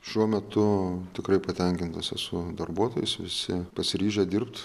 šiuo metu tikrai patenkintas esu darbuotojas visi pasiryžę dirbt